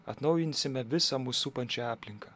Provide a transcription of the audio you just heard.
atnaujinsime visą mus supančią aplinką